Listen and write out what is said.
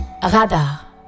Radar